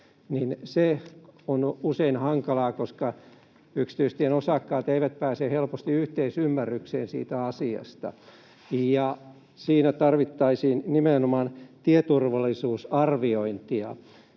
se on usein hankalaa, koska yksityistien osakkaat eivät pääse helposti yhteisymmärrykseen siitä asiasta, ja siinä tarvittaisiin nimenomaan tieturvallisuusarviointia.